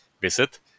Visit